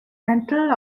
rental